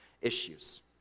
issues